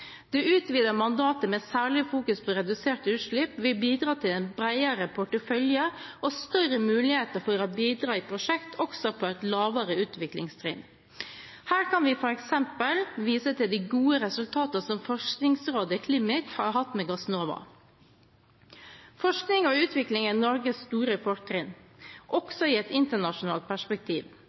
Det utvidede mandatet som særlig fokuserer på reduserte utslipp vil bidra til en bredere portefølje og større muligheter for å bidra i prosjekter også på et lavere utviklingstrinn. Her kan vi f.eks. vise til de gode resultatene som Forskningsrådet/CLIMIT har hatt med Gassnova. Forskning og utvikling er Norges store fortrinn, også i et internasjonalt perspektiv.